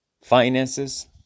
finances